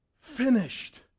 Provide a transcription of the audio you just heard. finished